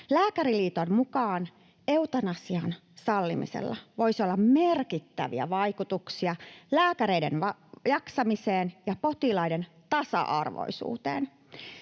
Lääkäriliiton mukaan eutanasian sallimisella voisi olla merkittäviä vaikutuksia lääkäreiden jaksamiseen ja potilaiden tasa-arvoisuuteen.